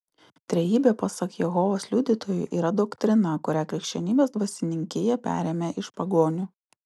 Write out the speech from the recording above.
trejybė pasak jehovos liudytojų yra doktrina kurią krikščionybės dvasininkija perėmė iš pagonių